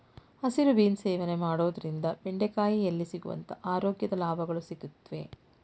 ಹಸಿರು ಬೀನ್ಸ್ ಸೇವನೆ ಮಾಡೋದ್ರಿಂದ ಬೆಂಡೆಕಾಯಿಯಲ್ಲಿ ಸಿಗುವಂತ ಆರೋಗ್ಯದ ಲಾಭಗಳು ಸಿಗುತ್ವೆ